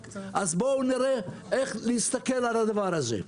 אז בואו נראה איך להסתכל על הדבר הזה,